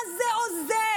מה זה עוזר?